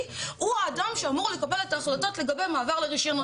הוא האדם שאמור לקבל את ההחלטות לגבי מעבר לרישיונות.